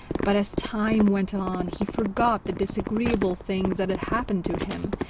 but, as time went on, he forgot the disagreeable things that had happened to him,